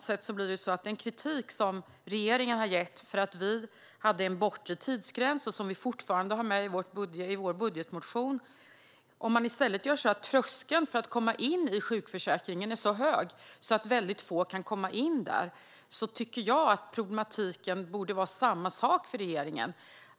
Regeringen har gett kritik för vår bortre tidsgräns, som vi fortfarande har med i vår budgetmotion. Om regeringen i stället gör så att tröskeln för att komma in i sjukförsäkringen är så hög att väldigt få kan komma in där tycker jag att problematiken borde vara densamma för regeringen.